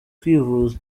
kwivuza